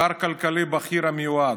שר כלכלי בכיר מיועד.